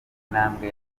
intambwe